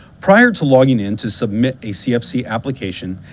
prior to logging in to submit a cfc application,